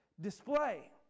display